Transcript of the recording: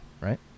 right